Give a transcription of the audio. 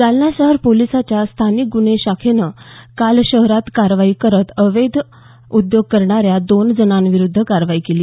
जालना शहर पोलिसांच्या स्थानिक गुन्हे शाखेनं काल शहरात कारवाई करत अवैध उद्योग करणाऱ्या दोन जणांविरुध्द कारवाई केली